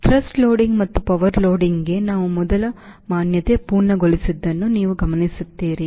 thrust loading ಮತ್ತು power ಲೋಡಿಂಗ್ಗೆ ನಾವು ಮೊದಲ ಮಾನ್ಯತೆ ಪೂರ್ಣಗೊಳಿಸಿದ್ದನ್ನು ನೀವು ಗಮನಿಸುತ್ತಿದ್ದೀರಿ